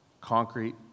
concrete